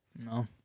no